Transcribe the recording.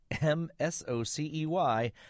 M-S-O-C-E-Y